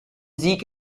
sieg